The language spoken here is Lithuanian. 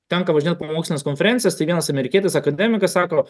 tenka važinėt po mokslines konferencijas tai vienas amerikietis akademikas sako